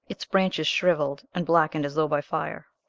its branches shrivelled and blackened as though by fire.